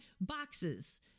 boxes